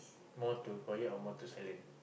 more to quiet or more to silent